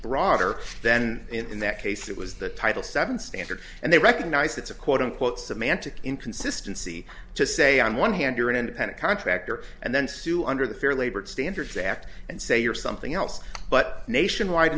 broader then in that case it was the title seven standard and they recognized it's a quote unquote semantic inconsistency to say on one hand you're an independent contractor and then sue under the fair labor standards act and say you're something else but nationwide